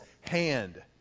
hand